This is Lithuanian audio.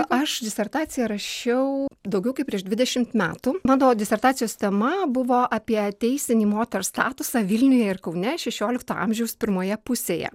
aš disertaciją rašiau daugiau kaip prieš dvidešimt metų mano disertacijos tema buvo apie teisinį moters statusą vilniuje ir kaune šešiolikto amžiaus pirmoje pusėje